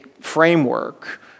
framework